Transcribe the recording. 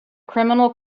criminal